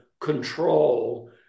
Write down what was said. control